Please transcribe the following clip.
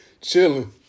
chilling